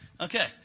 Okay